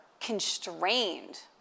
constrained